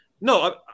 no